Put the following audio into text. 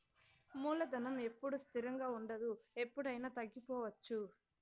మూలధనం ఎప్పుడూ స్థిరంగా ఉండదు ఎప్పుడయినా తగ్గిపోవచ్చు